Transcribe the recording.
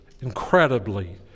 incredibly